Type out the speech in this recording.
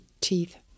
teeth